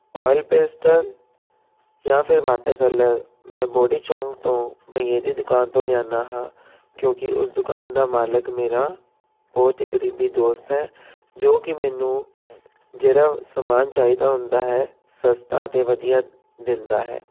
oil pastel ਜਾਂ ਫਿਰ water colour ਮੈਂ ਬੋਡੀ ਚੌਂਕ ਤੋਂ ਬਈਏ ਦੀ ਦੁਕਾਨ ਤੋਂ ਲਿਆਉਂਦਾ ਹਾਂ ਕਿਉਂਕਿ ਉਸ ਦੁਕਾਨ ਦਾ ਮਾਲਕ ਮੇਰਾ ਬਹੁਤ ਹੀ ਕਰੀਬੀ ਦੋਸਤ ਹੈ ਜੋ ਕਿ ਮੈਨੂੰ ਜਿਹੜਾ ਸਮਾਨ ਚਾਹੀਦਾ ਹੁੰਦਾ ਹੈ ਸਸਤਾ ਅਤੇ ਵਧੀਆ ਦਿੰਦਾ ਹੈ